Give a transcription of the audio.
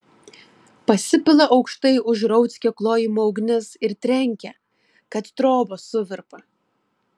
pasipila aukštai už rauckio klojimo ugnis ir trenkia kad trobos suvirpa